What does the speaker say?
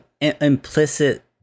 implicit